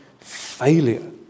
failure